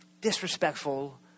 disrespectful